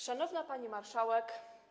Szanowna Pani Marszałek!